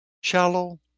shallow